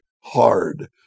hard